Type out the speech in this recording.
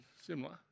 Similar